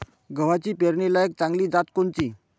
गव्हाची पेरनीलायक चांगली जात कोनची?